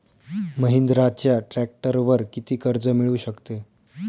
महिंद्राच्या ट्रॅक्टरवर किती कर्ज मिळू शकते?